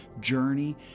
journey